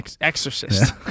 Exorcist